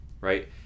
right